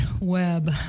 web